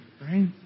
Right